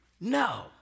No